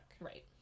right